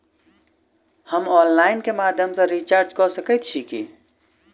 हम ऑनलाइन केँ माध्यम सँ रिचार्ज कऽ सकैत छी की?